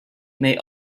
may